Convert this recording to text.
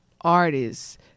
artists